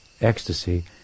ecstasy